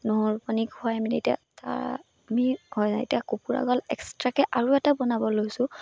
নহৰু পানী খুৱাই মেলি এতিয়া তাৰ আমি এতিয়া কুকুৰা গঁৰাল এক্সট্ৰাকৈ আৰু এটা বনাব লৈছোঁ